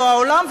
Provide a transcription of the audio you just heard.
לא העולם,